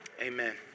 Amen